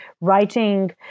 writing